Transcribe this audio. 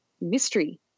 mystery